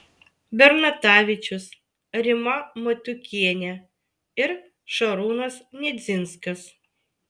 bernatavičius rima matiukienė ir šarūnas nedzinskas